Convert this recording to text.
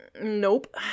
Nope